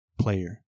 player